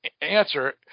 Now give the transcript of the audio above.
answer